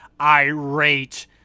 irate